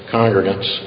congregants